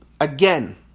again